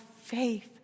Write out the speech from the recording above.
faith